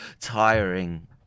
tiring